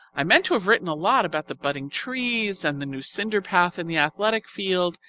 i meant to have written a lot about the budding trees and the new cinder path in the athletic field,